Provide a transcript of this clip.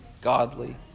godly